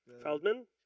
Feldman